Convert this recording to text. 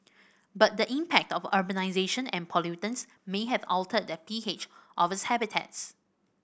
but the impact of urbanisation and pollutants may have altered the P H of its habitats